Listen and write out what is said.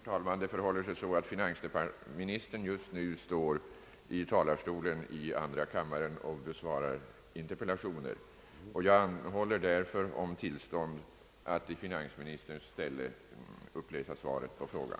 Herr talman! Finansministern är just nu upptagen med att besvara interpellationer i andra kammaren. Jag anhbåller därför om tillstånd att i finansministerns ställe lämna svaret på denna fråga.